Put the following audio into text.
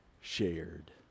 shared